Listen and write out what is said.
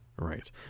Right